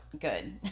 good